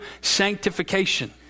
sanctification